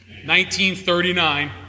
1939